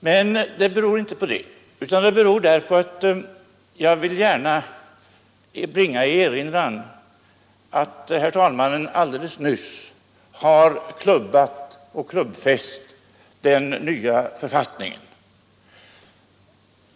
Men det beror inte på detta, utan det beror på att jag gärna vill bringa i erinran att herr talmannen alldeles nyss har klubbfäst den nya författningen.